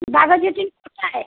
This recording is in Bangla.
বাঘাযতীন কোথায়